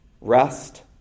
rest